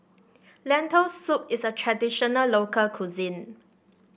Lentil Soup is a traditional local cuisine